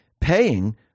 paying